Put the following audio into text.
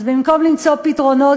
אז במקום למצוא פתרונות,